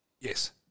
Yes